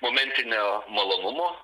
momentinio malonumo